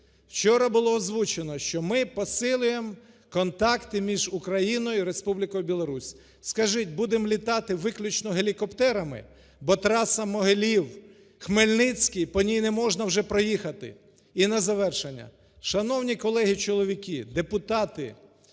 Вчора було озвучено, що ми посилюємо контакти між Україною і Республікою Білорусь. Скажіть, будемо літати виключно гелікоптерами? Бо траса Могилів - Хмельницький по ній не можна вже проїхати. І на завершення. Шановні колеги чоловіки-депутати,